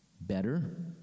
better